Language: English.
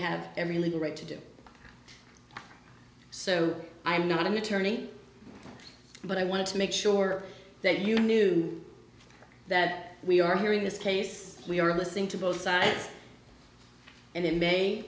have every legal right to do so i am not an attorney but i want to make sure that you knew that we are hearing this case we are listening to both sides and it may